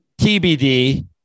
TBD